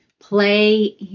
play